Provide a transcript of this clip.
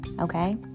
okay